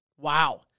Wow